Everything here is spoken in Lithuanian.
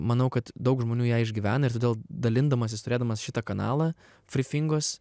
manau kad daug žmonių ją išgyvena ir dėl dalindamasis turėdamas šitą kanalą frifingos